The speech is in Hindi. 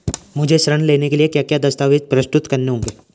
मुझे ऋण लेने के लिए क्या क्या दस्तावेज़ प्रस्तुत करने होंगे?